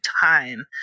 time